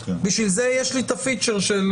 בשביל זה יש לי את הפיצ'ר אם